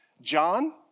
John